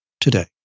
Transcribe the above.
today